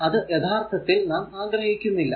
അത് യഥാർത്ഥത്തിൽ നാം ആഗ്രഹിക്കുന്നില്ല